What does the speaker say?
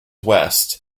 west